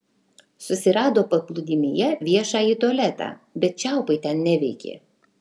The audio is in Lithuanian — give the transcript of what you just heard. susirado paplūdimyje viešąjį tualetą bet čiaupai ten neveikė